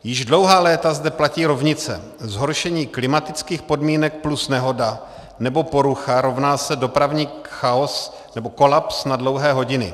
Již dlouhá léta zde platí rovnice: zhoršení klimatických podmínek plus nehoda nebo porucha rovná se dopravní chaos nebo kolaps na dlouhé hodiny.